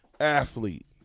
athlete